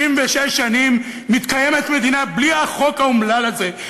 66 שנים מתקיימת מדינה בלי החוק האומלל הזה,